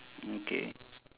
okay